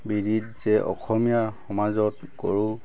বিদিত যে অসমীয়া সমাজত গৰু